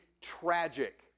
tragic